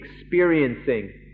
experiencing